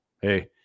Hey